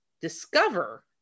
discover